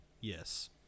Yes